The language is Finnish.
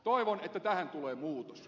toivon että tähän tulee muutos